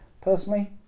Personally